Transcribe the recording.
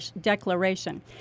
declaration